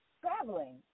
traveling